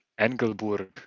Engelburg